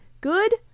good